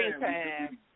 time